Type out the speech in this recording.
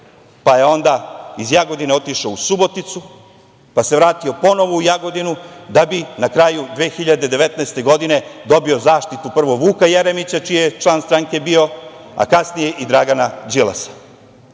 pa je iz Jagodine otišao u Suboticu, pa se vratio ponovo u Jagodinu da bi na kraju 2019. godine, dobio zaštitu prvo Vuka Jeremića, čiji je član stranke bio, a kasnije i Dragana Đilasa.